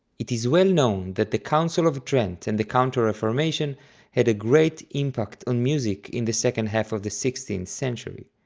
it is well known that the council of trent and the counter-reformation had a great impact on music in the second half of the sixteenth century.